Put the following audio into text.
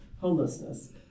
homelessness